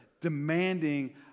demanding